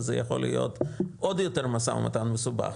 אז זה יכול להיות משא ומתן עוד יותר מסובך